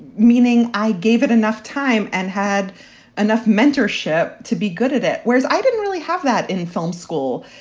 meaning i gave it enough time and had enough mentorship to be good at it, whereas i didn't really have that in film school.